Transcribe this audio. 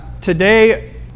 Today